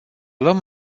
luăm